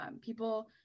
people